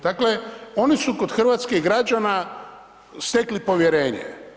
Dakle, oni su kod hrvatskih građana stekli povjerenje.